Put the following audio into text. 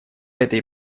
этой